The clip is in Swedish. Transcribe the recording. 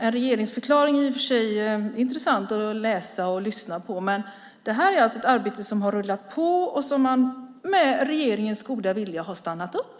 En regeringsförklaring är i och för sig intressant att läsa och lyssna på, men det här är ett arbete som har rullat på och som med regeringens goda vilja har stannat upp.